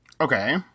Okay